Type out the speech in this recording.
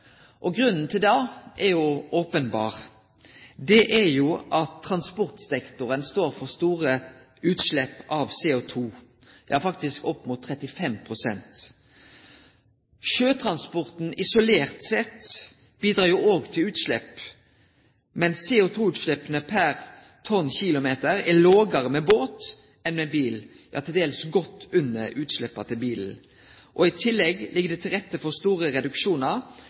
transportveksten.» Grunnen til det er jo openberr – det er jo at transportsektoren står for store utslepp av CO2, faktisk opp mot 35 pst. Sjøtransporten isolert sett bidreg òg til utslepp, men CO2-utsleppa per tonnkilometer er lågare med båt enn med bil, ja, til dels godt under utsleppa frå bilen. I tillegg ligg det til rette for store reduksjonar,